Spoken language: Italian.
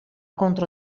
contro